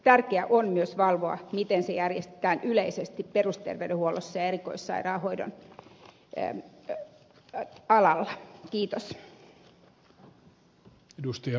tärkeää on myös valvoa miten se järjestetään yleisesti perusterveydenhuollossa ja erikoissairaanhoidon alalla